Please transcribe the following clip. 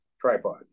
tripod